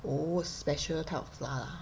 oh a special type of flour lah